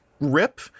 rip